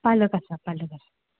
पालक आसा पालक आसा